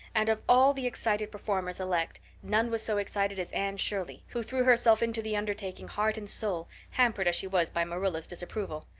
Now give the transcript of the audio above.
and of all the excited performers-elect none was so excited as anne shirley, who threw herself into the undertaking heart and soul, hampered as she was by marilla's disapproval.